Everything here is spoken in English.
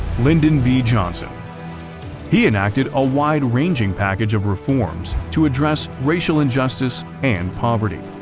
lyndon b johnson he enacted a wide-ranging package of reforms to address racial injustice and poverty.